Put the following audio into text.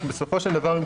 בסופו של דבר הם